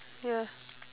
ya